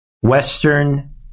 Western